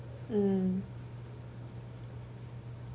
mm